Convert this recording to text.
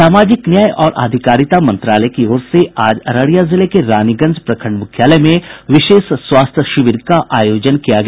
सामाजिक न्याय और आधिकारिता मंत्रालय की ओर से आज अररिया जिले के रानीगंज प्रखंड मुख्यालय में विशेष स्वास्थ्य शिविर का आयोजन किया गया